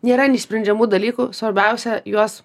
nėra neišsprendžiamų dalykų svarbiausia juos